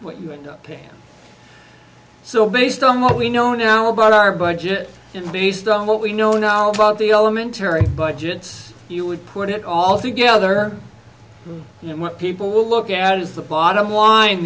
you end up paying so based on what we know now about our budget and based on what we know now about the elementary budgets you would put it all together and what people will look at is the bottom line